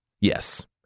Yes